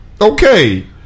Okay